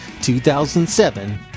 2007